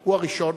הוא הראשון.